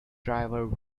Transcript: driver